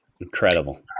Incredible